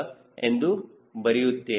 ವಿದ್ಯಾರ್ಥಿ FPS ಆಯಾಮ